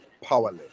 powerless